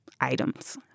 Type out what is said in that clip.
items